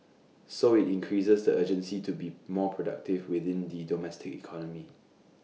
so IT increases the urgency to be more productive within the domestic economy